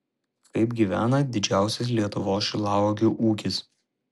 kaip gyvena didžiausias lietuvos šilauogių ūkis